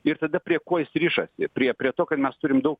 ir tada prie ko jis rišasi prie prie to kad mes turim daug